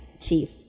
Chief